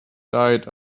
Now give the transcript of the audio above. died